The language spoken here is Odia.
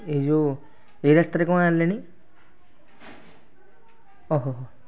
ଏଇ ଯେଉଁ ଏଇ ରାସ୍ତାରେ କ'ଣ ଆଣିଲେନି ଓହୋ ହୋ ହ